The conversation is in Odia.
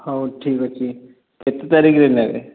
ହେଉ ଠିକ ଅଛି କେତେ ତାରିଖରେ ନେବେ